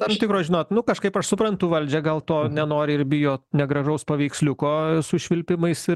na iš tikro žinot nu kažkaip aš suprantu valdžią gal to nenori ir bijo negražaus paveiksliuko su švilpimais ir